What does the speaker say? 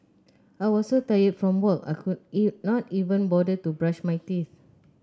I was so tired from work I could not even bother to brush my teeth